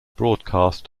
broadcast